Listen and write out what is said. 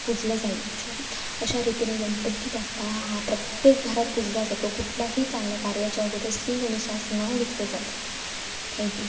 पूजलं जाईल अशा अशा रीतीने गणपती बाप्पा हा प्रत्येक घरात पूजला जातो कुठल्याही चांगल्या कार्याच्या अगोदर श्रीगणेशा असं नाव घेतलं जातं थँक्यू